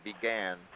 began